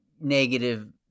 negative